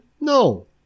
No